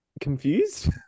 confused